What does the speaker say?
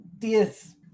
Yes